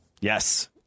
yes